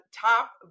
top